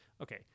okay